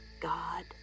God